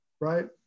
Right